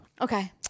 Okay